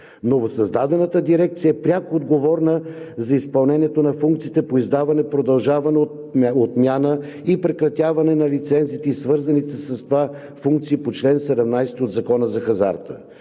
Новосъздадената дирекция е пряко отговорна за изпълнение на функциите по издаване, продължаване, отнемане и прекратяване на лицензи и свързаните с това функции по чл. 17 от Закона за хазарта.